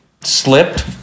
slipped